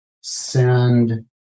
send